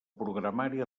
programari